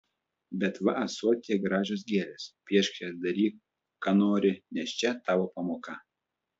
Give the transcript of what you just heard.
bet va ąsotyje gražios gėlės piešk jas daryk ką nori nes čia tavo pamoka